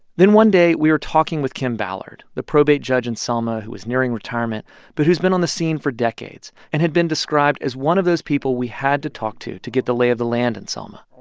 then one day, we were talking with kim ballard, the probate judge in selma who is nearing retirement but who's been on the scene for decades and had been described as one of those people we had to talk to to get the lay of the land in selma.